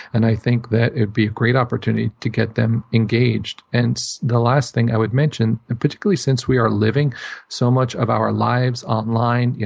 and i think that it'd be a great opportunity to get them engaged. and the last thing i would mention, particularly since we are living so much of our lives online, yeah